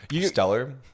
Stellar